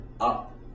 up